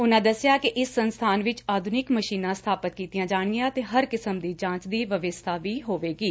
ਉਨਾਂ ਦਸਿਆ ਕਿ ਇਸ ਸੰਸਬਾਨ ਵਿਚ ਆਧੁਨਿਕ ਮਸ਼ੀਨਾਂ ਸਬਾਪਤ ਕੀਤੀਆਂ ਜਾਣਗੀਆਂ ਅਤੇ ਹਰ ਕਿਸਮ ਦੀ ਜਾਂਚ ਦੀ ਵਿਵਸਬਾ ੱਵੀ ਹੋਵੇਗੀ